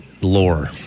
lore